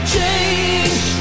Change